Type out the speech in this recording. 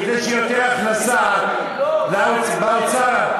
כדי שתהיה יותר הכנסה לאוצר לא,